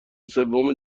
سوم